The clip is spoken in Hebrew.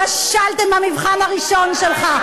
כשלתם במבחן הראשון שלכם.